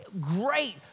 great